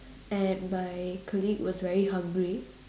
and my colleague was very hungry